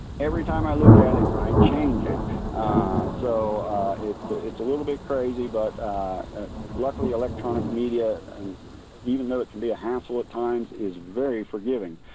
every time i look at it, i change it so it's ah it's a little bit crazy but luckily electronic media, and even though it can be a hassle at times, it is very forgiving.